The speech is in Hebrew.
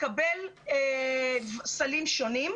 מקבל סלים שונים.